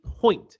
point